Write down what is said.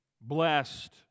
blessed